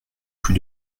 plus